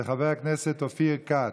של חבר הכנסת אופיר כץ.